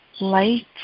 light